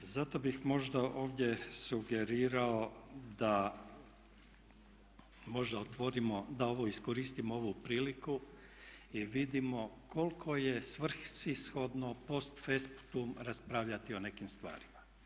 Zato bih možda ovdje sugerirao da možda otvorimo, da iskoristimo ovu priliku i vidimo koliko je svrsishodno post festum raspravljati o nekim stvarima.